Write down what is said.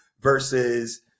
versus